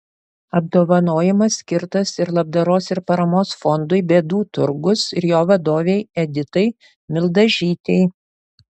apdovanojimas skirtas ir labdaros ir paramos fondui bėdų turgus ir jo vadovei editai mildažytei